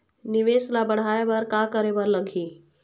निवेश ला बढ़ाय बर का करे बर लगही?